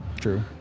True